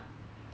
mm mm